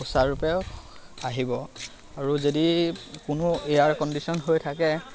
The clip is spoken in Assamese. সুচাৰুৰূপে আহিব আৰু যদি কোনো এয়াৰ কণ্ডিশ্যন হৈ থাকে